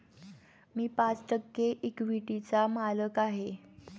मी पाच टक्के इक्विटीचा मालक आहे